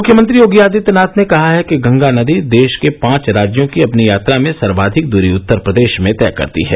मुख्यमंत्री योगी आदित्नाथ ने कहा है कि गंगा नदी देश के पांच राज्यों की अपनी यात्रा में सर्वाधिक दूरी उत्तर प्रदेश में तय करती है